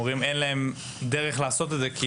הם אומרים שאין להם דרך לעשות את זה.